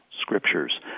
scriptures